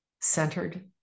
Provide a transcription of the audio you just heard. centered